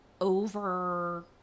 over